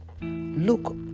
Look